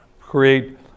create